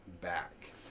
back